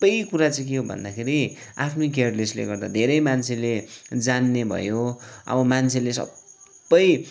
पै कुरा चाहिँ के हो भन्दाखेरि आफ्नै केयरलेसले गर्दा धेरै मान्छेले जान्ने भयो अब मान्छेले सबै